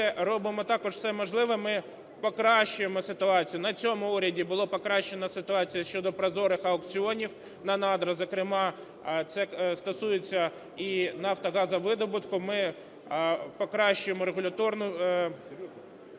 робимо також все можливе, ми покращуємо ситуацію. На цьому уряді було покращено ситуацію щодо прозорих аукціонів на надра, зокрема це стосується і нафто-газовидобутку. Ми покращуємо регуляторні